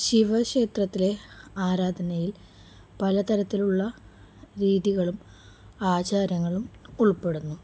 ശിവ ക്ഷേത്രത്തിലെ ആരാധനയിൽ പലതരത്തിലുള്ള രീതികളും ആചാരങ്ങളും ഉൾപ്പെടുന്നു